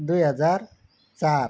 दुई हजार चार